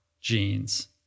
genes